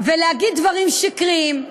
ולהגיד דברים שקריים,